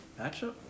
matchup